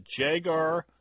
Jagar